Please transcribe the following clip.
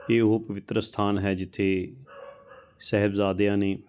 ਇਹ ਉਹ ਪਵਿੱਤਰ ਅਸਥਾਨ ਹੈ ਜਿੱਥੇ ਸਾਹਿਬਜ਼ਾਦਿਆਂ ਨੇ